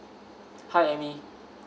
hi amy